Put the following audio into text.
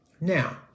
Now